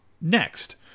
next